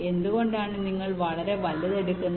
എന്തുകൊണ്ടാണ് നിങ്ങൾ വളരെ വലുത് എടുക്കുന്നത്